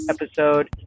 episode